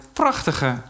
prachtige